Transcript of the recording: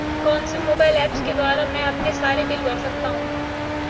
कौनसे mobile apps के द्वारा मैं अपने सारे बिल भर सकता हूं?